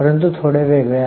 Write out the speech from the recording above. परंतु थोडे वेगळे आहे